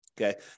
Okay